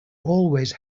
always